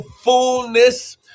fullness